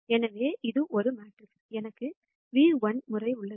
எனவே இது ஒரு மேட்ரிக்ஸ் எனக்கு ஒரு v1 முறை உள்ளது